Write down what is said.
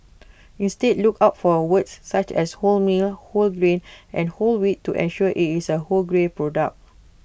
instead look out for words such as wholemeal whole grain and whole wheat to ensure IT is A wholegrain product